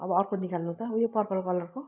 अब अर्को निकाल्नु त उयो पर्पल कलरको